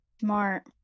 Smart